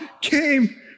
came